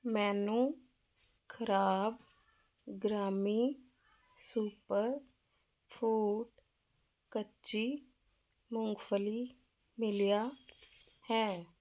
ਮੈਨੂੰ ਖ਼ਰਾਬ ਗ੍ਰਾਮੀ ਸੁਪਰਫੂਡ ਕੱਚੀ ਮੂੰਗਫਲੀ ਮਿਲਿਆ ਹੈ